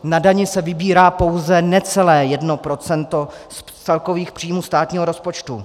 Na dani se vybírá pouze necelé 1 % z celkových příjmů státního rozpočtu.